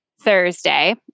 Thursday